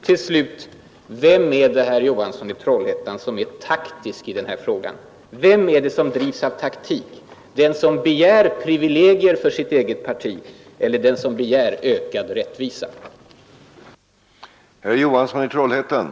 Till slut: Vem är det, herr Johansson i Trollhättan, som är taktisk i denna fråga? Vem är det som drivs av taktik — den som begär privilegier för sitt eget parti eller den som begär ökad rättvisa?